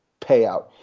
payout